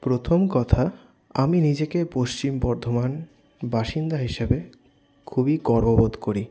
প্রথম কথা আমি নিজেকে পশ্চিম বর্ধমানের বাসিন্দা হিসাবে খুবই গর্ববোধ করি